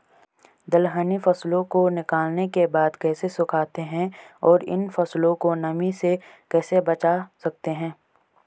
दलहनी फसलों को निकालने के बाद कैसे सुखाते हैं और इन फसलों को नमी से कैसे बचा सकते हैं?